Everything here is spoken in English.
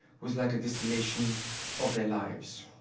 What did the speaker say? was like a distillation of their lives.